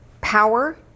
power